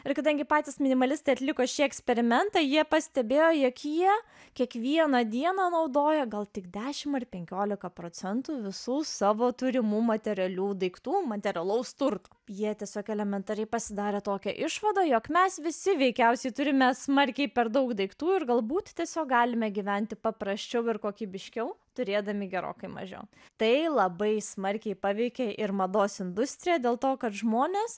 ir kadangi patys minimalistai atliko šį eksperimentą jie pastebėjo jog jie kiekvieną dieną naudoja gal tik dešimt ar penkiolika procentų visų savo turimų materialių daiktų materialaus turto jie tiesiog elementariai pasidarę tokią išvadą jog mes visi veikiausiai turime smarkiai per daug daiktų ir galbūt tiesiog galime gyventi paprasčiau ir kokybiškiau turėdami gerokai mažiau tai labai smarkiai paveikė ir mados industriją dėl to kad žmonės